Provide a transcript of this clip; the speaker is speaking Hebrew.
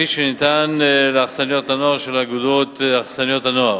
כפי שניתן לאכסניות הנוער של אגודת אכסניות הנוער.